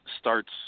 starts